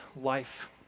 life